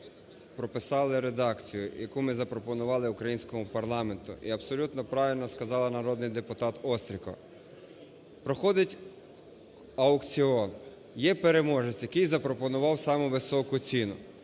прописали редакцію, яку ми запропонували українському парламенту. І абсолютно правильно сказала народний депутат Острікова, проходить аукціон, є переможець, який запропонував саму високу ціну,